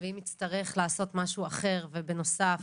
אנחנו רוצים להוסיף עוזרים שהם כרגע פלבוטומיסטים ופרמדיקים.